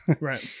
Right